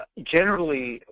generally,